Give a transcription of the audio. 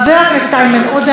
חבר הכנסת איימן עודה,